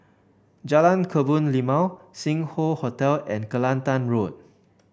Jalan Kebun Limau Sing Hoe Hotel and Kelantan Road